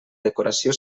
decoració